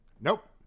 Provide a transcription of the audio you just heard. Nope